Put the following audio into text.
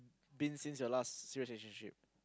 been since your last serious relationship